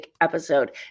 episode